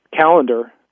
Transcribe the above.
Calendar